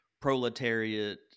proletariat